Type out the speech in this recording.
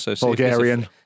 Bulgarian